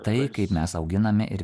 tai kaip mes auginame ir